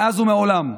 מאז ומעולם,